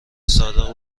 صادق